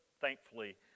thankfully